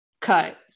cut